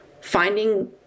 finding